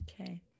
Okay